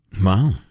Wow